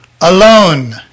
alone